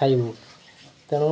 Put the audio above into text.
ଖାଇବୁ ତେଣୁ